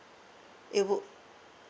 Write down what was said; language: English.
you book